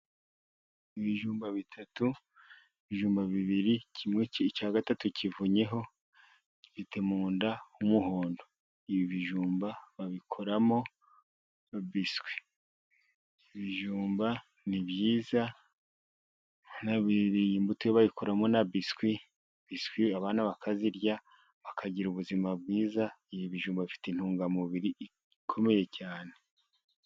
Ibijumba bitatu:ibijumba bibiri ,kimwe, icya gatatu kivunnyeho gifite mu nda h'umuhondo, ibi bijumba babikoramo biswi. Ibijumba ni byiza urabona iyi mbuto yo bayikoramo na biswi ,abana bakazirya bakagira ubuzima bwiza. ibi bijumba bifite intungamubiri ikomeye cyane.